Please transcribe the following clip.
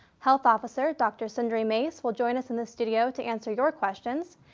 health officer, dr. sundari mase, will join us in the studio to answer your questions,